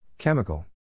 Chemical